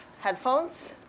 headphones